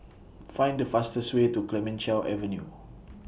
Find The fastest Way to Clemenceau Avenue